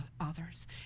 others